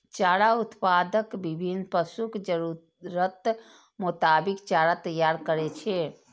चारा उत्पादक विभिन्न पशुक जरूरतक मोताबिक चारा तैयार करै छै